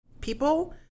people